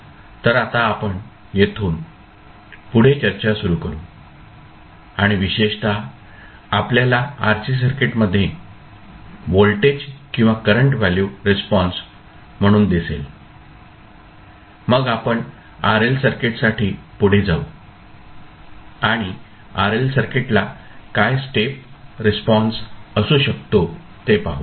तर आता आपण तेथुन पुढे चर्चा सुरू करू आणि विशेषत आपल्याला RC सर्किटमध्ये व्होल्टेज आणि करंट व्हॅल्यू रिस्पॉन्स म्हणून दिसेल मग आपण RL सर्किटसाठी पुढे जाऊ आणि RL सर्किटला काय स्टेप रिस्पॉन्स असू शकतो ते पाहू